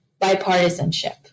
bipartisanship